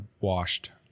washed